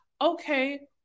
Okay